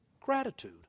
gratitude